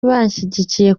banshyigikiye